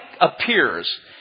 appears